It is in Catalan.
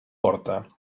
porta